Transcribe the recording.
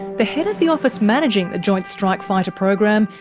the head of the office managing the joint strike fighter program,